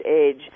age